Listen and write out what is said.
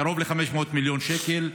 קרוב ל-500 מיליון שקל.